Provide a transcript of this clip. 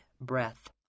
breath